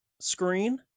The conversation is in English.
screen